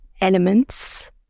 elements